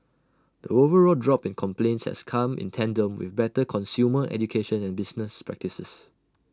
the overall drop in complaints has come in tandem with better consumer education and business practices